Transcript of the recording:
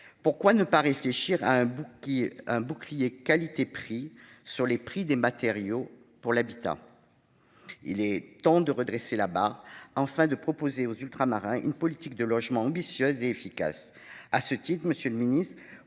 Pourquoi ne pas réfléchir à un bouclier qualité-prix sur les matériaux pour l'habitat ? Il est temps de redresser la barre afin de proposer aux Ultramarins une politique du logement ambitieuse et efficace.